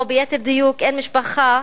או ליתר דיוק, אין משפחה